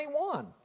21